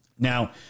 Now